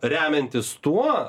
remiantis tuo